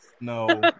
No